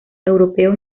europeos